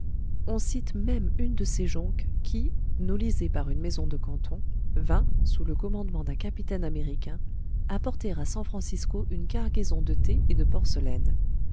on cite même une de ces jonques qui nolisée par une maison de canton vint sous le commandement d'un capitaine américain apporter à san francisco une cargaison de thé et de porcelaines